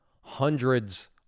hundreds